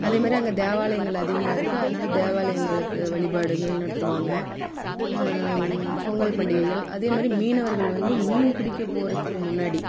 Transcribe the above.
அதே மாதிரி அங்கே தேவாலயங்கள் அதிகமாக இருக்குது அதனால தேவாலயங்களுக்கு வழிபாடுகள் நடத்துவாங்க பொங்கல் பண்டிகைகள் அதே மாதிரி மீனவர்கள் வந்து மீன் பிடிக்க போகிறத்துக்கு முன்னாடி